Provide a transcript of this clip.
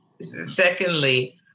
Secondly